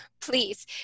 please